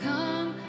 Come